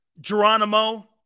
Geronimo